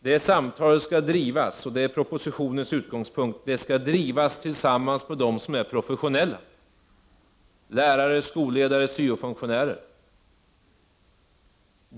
Det samtalet skall drivas — det är propositionens utgångspunkt — tillsammans med dem som är professionella, nämligen lärare, skolledare och syo-funktionärer.